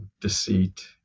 deceit